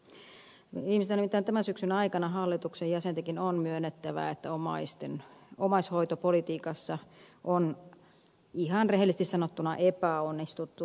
viimeistään nimittäin tämän syksyn aikana hallituksen jäsentenkin on myönnettävä että omaishoitopolitiikassa on ihan rehellisesti sanottuna epäonnistuttu moneltakin osin